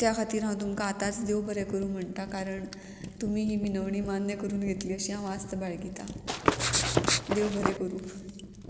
त्या खातीर हांव तुमकां आतांच देव बरें करूं म्हणटा कारण तुमी ही मिनवणी मान्य करून घेतली अशी हांव वास्त बाळगीतां देव बरें करूं